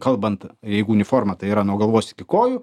kalbant jeigu uniforma tai yra nuo galvos iki kojų